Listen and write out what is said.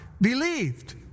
believed